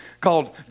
called